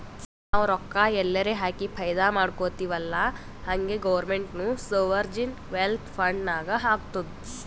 ನಾವು ರೊಕ್ಕಾ ಎಲ್ಲಾರೆ ಹಾಕಿ ಫೈದಾ ಮಾಡ್ಕೊತಿವ್ ಅಲ್ಲಾ ಹಂಗೆ ಗೌರ್ಮೆಂಟ್ನು ಸೋವರ್ಜಿನ್ ವೆಲ್ತ್ ಫಂಡ್ ನಾಗ್ ಹಾಕ್ತುದ್